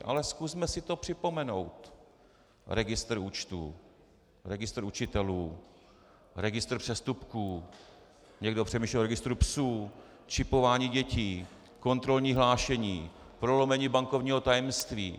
Ale zkusme si to připomenout registr účtů, registr učitelů, registr přestupků, někdo přemýšlel o registru psů, čipování dětí, kontrolní hlášení, prolomení bankovního tajemství.